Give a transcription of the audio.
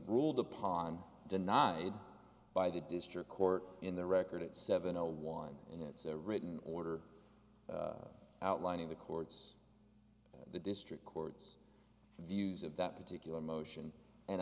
ruled upon denied by the district court in the record at seven zero one and it's a written order outlining the court's the district court's views of that particular motion and